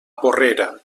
porrera